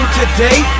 today